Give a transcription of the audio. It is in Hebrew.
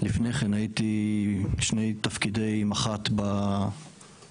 לפני כן הייתי בשני תפקידי מח"ט בשטחים